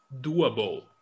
doable